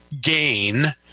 gain –